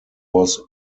was